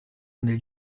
nel